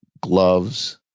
gloves